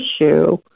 issue